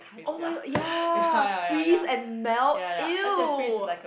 oh-my-god ya freeze and melt !eww!